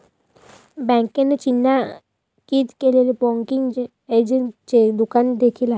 बँकेने चिन्हांकित केलेले बँकिंग एजंटचे दुकान देखील आहे